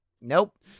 Nope